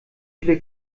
viele